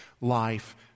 life